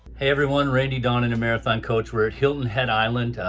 hey everyone, randy, dawn and a marathon coach we're at hilton head island,